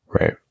Right